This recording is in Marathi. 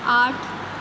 आठ